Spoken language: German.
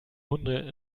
hunde